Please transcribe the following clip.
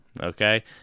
Okay